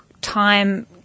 time